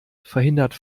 verhindert